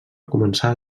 començava